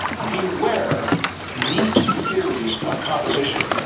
beware neat theories of composition.